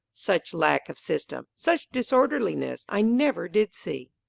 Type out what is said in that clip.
such lack of system, such disorderliness i never did see!